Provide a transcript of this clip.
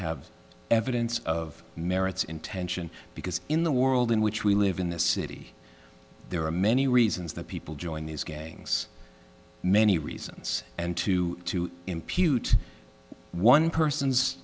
have evidence of merits in tension because in the world in which we live in this city there are many reasons that people join these gangs many reasons and to impute one person's